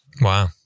Wow